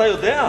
אתה יודע?